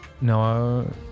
no